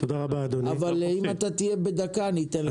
אבל אם תעשה את זה בדקה אני אתן לך.